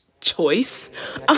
choice